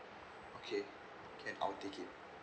okay can I'll take it